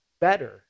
better